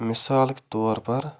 مِثالٕکۍ طور پَر